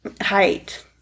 height